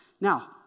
Now